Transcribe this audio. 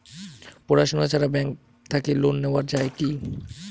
পড়াশুনা ছাড়া ব্যাংক থাকি লোন নেওয়া যায় কি?